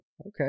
okay